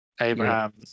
Abraham